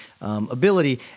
ability